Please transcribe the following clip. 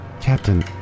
Captain